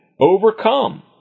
overcome